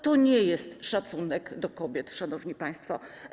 To nie jest szacunek do kobiet, szanowni państwo.